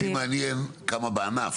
אותי מעניין כמה עובדים בענף.